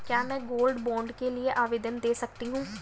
क्या मैं gold bond के लिए आवेदन दे सकती हूँ?